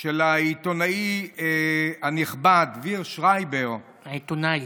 של העיתונאי הנכבד דביר שרייבר, עיתונאי.